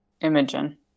Imogen